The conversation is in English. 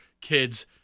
kids